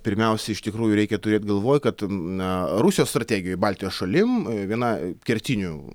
pirmiausia iš tikrųjų reikia turėt galvoj kad na rusijos strategija baltijos šalim viena kertinių